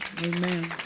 Amen